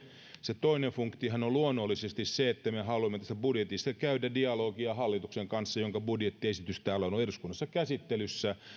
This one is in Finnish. se toinen funktiohan on luonnollisesti se että me haluamme tästä budjetista käydä dialogia hallituksen kanssa jonka budjettiesitys on täällä eduskunnassa käsittelyssä